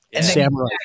samurai